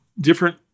different